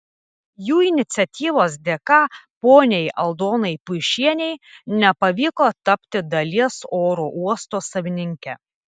jų iniciatyvos dėka poniai aldonai puišienei nepavyko tapti dalies oro uosto savininke